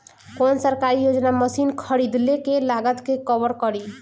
कौन सरकारी योजना मशीन खरीदले के लागत के कवर करीं?